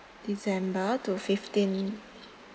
december to fifteen